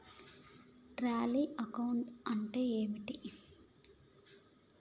Tally accounting అంటే ఏమిటి?